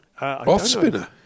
Off-spinner